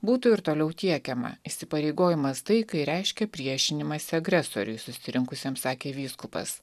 būtų ir toliau tiekiama įsipareigojimas taikai reiškia priešinimąsi agresoriui susirinkusiems sakė vyskupas